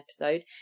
episode